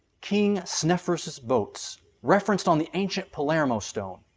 king snefrus' boats, referenced on the ancient palermo stone.